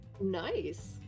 Nice